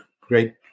great